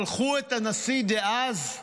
שלחו את הנשיא דאז,